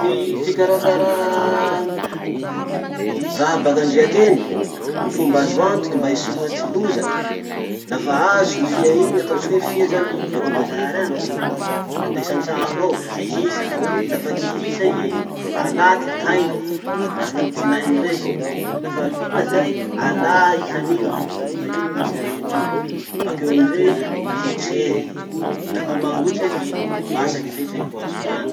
Ty fikarakarà raha baka andriaky eny amy fomba azo antoky mba hisoroha loza: lafa azo fia iny, ataotsika hoe fia zany baka ambazary any, andesy antrano ao, kihisa. Lafa kihisa i, alà ty tainy miaraky amy tinainy rey. Lafa vita rey, alà isan'iny, fa iny misy arety io. Bakeo amizay ketrehy, lafa mangotraky, masaky zay, zay vo azo hany.